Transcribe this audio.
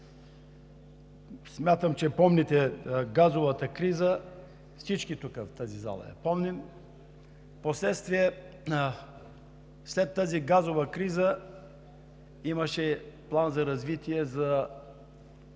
Смятам, че помните газовата криза – всички тук, в тази зала, я помним. Впоследствие, след тази газова криза, имаше план за развитие за